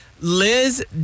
Liz